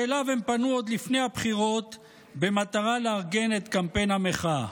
שאליו הם פנו עוד לפני הבחירות במטרה לארגן את קמפיין המחאה.